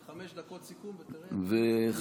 חמש דקות סיכום, ותרד.